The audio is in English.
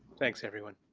thanks everyone.